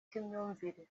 cy’imyumvire